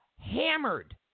hammered